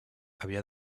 havia